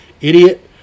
idiot